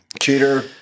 Cheater